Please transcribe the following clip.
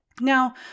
Now